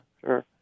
Sure